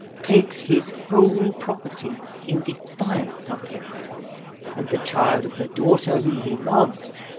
takes his whole property in defiance of him and the child of the daughter whom he loves,